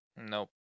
Nope